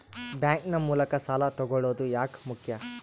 Bank ನ ಮೂಲಕ ಸಾಲ ತಗೊಳ್ಳೋದು ಯಾಕ ಮುಖ್ಯ?